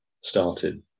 started